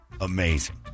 amazing